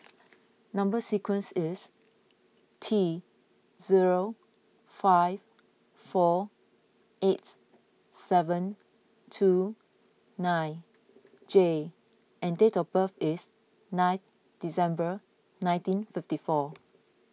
Number Sequence is T zero five four eight seven two nine J and date of birth is ninth December nineteen fifty four